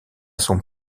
son